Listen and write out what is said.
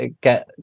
get